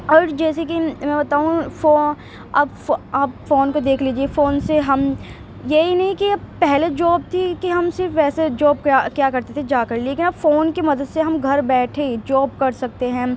اور جیسے کہ میں بتاؤں فون آپ آپ فون پہ دیکھ لیجیے فون سے ہم یہی نہیں کہ پہلے جاب تھی کہ ہم صرف ویسے جاب کیا کیا کرتے تھے جا کر لیکن اب فون کی مدد سے ہم گھر بیٹھے جاب کر سکتے ہیں